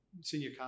senior